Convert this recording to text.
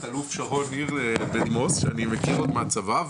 תא"ל שרון ניר בדימוס שאני מכיר עוד מהצבא,